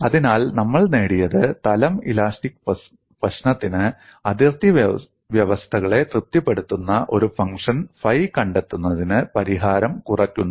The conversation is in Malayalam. അതിനാൽ നമ്മൾ നേടിയത് തലം ഇലാസ്റ്റിക് പ്രശ്നത്തിന് അതിർത്തി വ്യവസ്ഥകളെ തൃപ്തിപ്പെടുത്തുന്ന ഒരു ഫംഗ്ഷൻ ഫൈ കണ്ടെത്തുന്നതിന് പരിഹാരം കുറയ്ക്കുന്നു